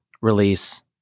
release